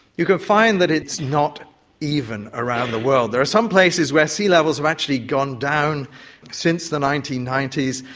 you can find that it's not even around the world. there are some places where sea levels have actually gone down since the nineteen ninety s.